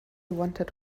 wanted